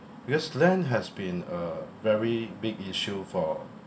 because land has been a very big issue for